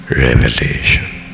Revelation